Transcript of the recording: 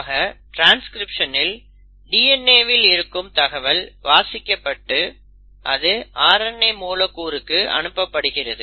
ஆக ட்ரான்ஸ்கிரிப்ஷனில் DNAவில் இருக்கும் தகவல் வாசிக்கப்பட்டு அது RNA மூலக்கூறுக்கு அனுப்பப்படுகிறது